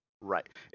Right